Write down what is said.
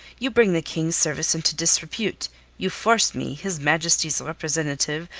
you bring the king's service into disrepute you force me, his majesty's representative,